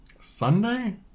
Sunday